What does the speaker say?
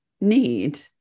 need